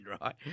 right